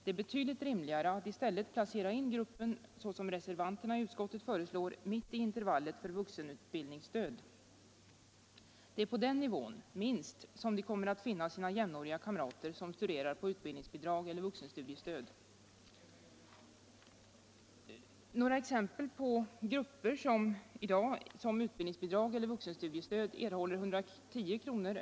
Det är betydligt rimligare att i stället placera in dem, som reservanterna i utskottet föreslår, mitt i intervallet för vuxenutbildningsstöd. Det är på den nivån, minst, som de kommer att finna sina jämnåriga kamrater som studerar på utbildningsbidrag eller med vuxenstudiestöd. Några exempel på grupper vilka i dag som utbildningsbidrag eller vuxenstudiestöd erhåller 110 kr.